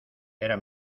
era